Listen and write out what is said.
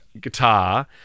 guitar